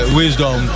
wisdom